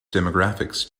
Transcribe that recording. demographics